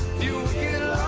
you,